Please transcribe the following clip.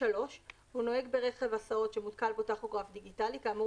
(3) הוא נוהג ברכב הסעות שמותקן בו טכוגרף דיגיטלי כאמור